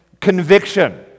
conviction